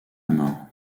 mort